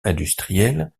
industrielle